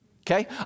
Okay